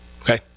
okay